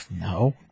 No